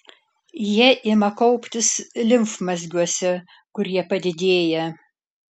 jie ima kauptis limfmazgiuose kurie padidėja